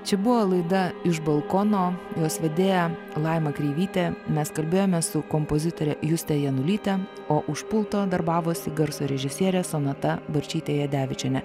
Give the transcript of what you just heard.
čia buvo laida iš balkono jos vedėja laima kreivytė mes kalbėjome su kompozitore juste janulyte o už pulto darbavosi garso režisierė sonata barčytė jadevičienė